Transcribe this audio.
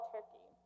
Turkey